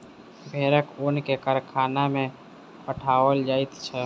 भेड़क ऊन के कारखाना में पठाओल जाइत छै